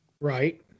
Right